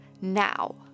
now